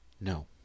No